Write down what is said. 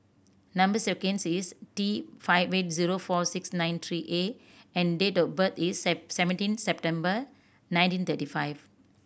number sequence is T five eight zero four six nine three A and date of birth is seventeen September nineteen thirty five